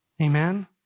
Amen